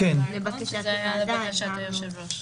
זה היה לבקשת היושב-ראש.